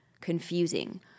confusing